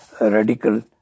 radical